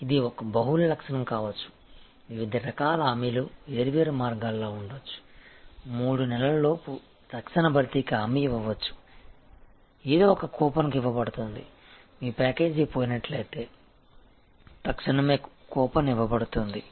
ఇది బహుళ లక్షణం కావచ్చు వివిధ రకాల హామీలు వేర్వేరు మార్గాల్లో ఉండవచ్చు 3 నెలల్లోపు తక్షణ భర్తీకి హామీ ఇవ్వవచ్చు ఏదో ఒక కూపన్ ఇవ్వబడుతుంది మీ ప్యాకేజీ పోయినట్లయితే తక్షణమే కూపన్ ఇవ్వబడుతుంది